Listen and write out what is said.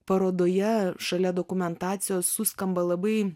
parodoje šalia dokumentacijos suskamba labai